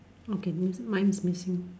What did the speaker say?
okay missing mine is missing